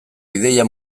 ideia